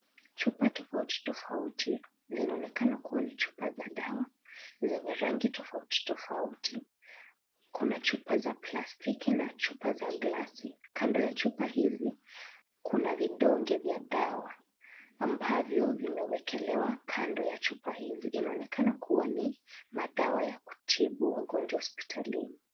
Chupa tofauti tofauti zinaonekana kuwa ni chupa za dawa zenye rangi tofauti tofauti. Kuna chupa za plastiki na chupa za glasi. Kando ya chupa hizi kuna vidonge vya dawa ambavyo vimewekelewa kando ya chupa hizi. Inaonekana kuwa ni madawa ya kutibu ugonjwa hospitalini.